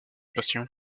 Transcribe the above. patients